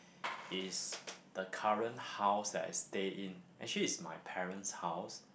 is the current house that I stay in actually it's my parent's house